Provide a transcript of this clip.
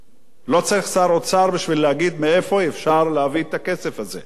לא צריך שר אוצר בשביל להגיד מאיפה אפשר להביא את הכסף הזה,